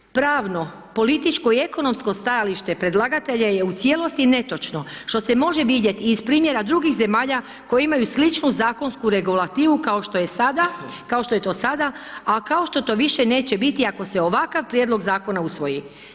Pravno, političko i ekonomsko stajalište predlagatelja je u cijelosti netočno što se može vidjeti i iz primjera drugih zemalja koje imaju sličnu zakonsku regulativu kao što je sada, kao što je to sada, a kao što to više neće biti ako se ovakav prijedlog zakona usvoji.